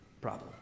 problem